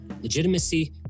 legitimacy